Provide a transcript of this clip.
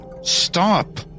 Stop